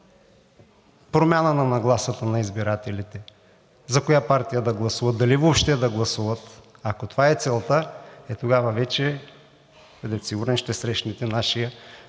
промяна на нагласата на избирателите за коя партия да гласуват и дали въобще да гласуват, ако това е целта, е, тогава вече, бъдете сигурен, ще срещнете нашия